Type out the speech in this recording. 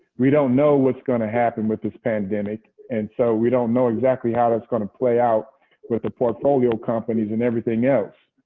we don't know what's going to happen with this pandemic. and so we don't know exactly how that's going to play out with the portfolio companies and everything else.